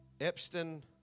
Epstein